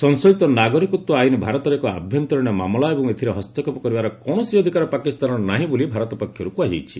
ସଂଶୋଧିତ ନାଗରିକତ୍ୱ ଆଇନ ଭାରତର ଏକ ଆଭ୍ୟନ୍ତରୀଣ ମାମଲା ଏବଂ ଏଥିରେ ହସ୍ତକ୍ଷେପ କରିବାର କୌଣସି ଅଧିକାର ପାକିସ୍ତାନର ନାହିଁ ବୋଲି ଭାରତ ପକ୍ଷରୁ କୁହାଯାଇଛି